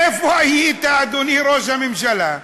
איפה היית, אדוני ראש הממשלה,